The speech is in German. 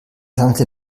sammelte